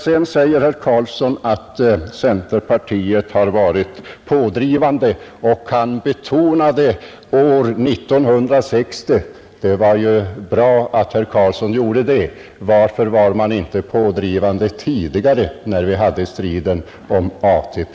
Sedan säger herr Carlsson att centerpartiet har varit pådrivande, och han betonade ”sedan år 1961”. Det var ju bra att herr Carlsson gjorde det. Varför var man inte pådrivande tidigare när vi hade striden om ATP?